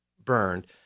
burned